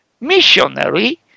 missionary